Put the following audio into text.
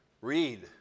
Read